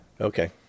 Okay